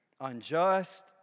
unjust